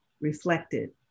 reflected